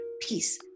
Peace